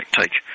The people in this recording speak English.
take